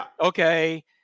okay